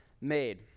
made